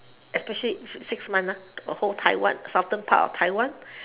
especially six months ah the whole taiwan southern part of taiwan